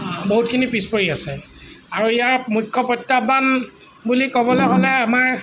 বহুতখিনি পিছ পৰি আছে আৰু ইয়াৰ মুখ্য প্ৰত্যাহ্বান বুলি ক'বলৈ হ'লে আমাৰ